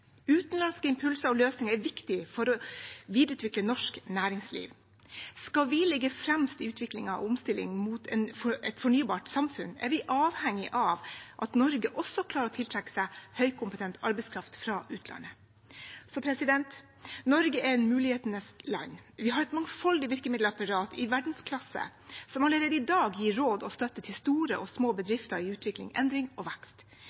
Utenlandske impulser og løsninger er viktige for å videreutvikle norsk næringsliv. Skal vi ligge fremst i utvikling og omstilling mot et fornybart samfunn, er vi avhengige av at Norge også klarer å tiltrekke seg høykompetent arbeidskraft fra utlandet. Norge er mulighetenes land. Vi har et mangfoldig virkemiddelapparat i verdensklasse som allerede i dag gir råd og støtte til store og små bedrifter i utvikling, endring og vekst.